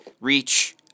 reach